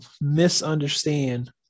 misunderstand